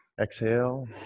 exhale